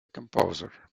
composer